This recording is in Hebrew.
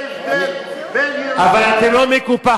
תראה את ההבדל בין ירושלים, אבל אתם לא מקופחים.